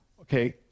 Okay